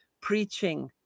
preaching